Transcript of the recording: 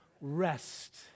Rest